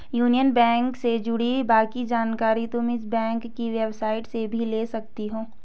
union Bank से जुड़ी बाकी जानकारी तुम इस बैंक की वेबसाईट से भी ले सकती हो